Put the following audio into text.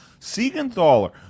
Siegenthaler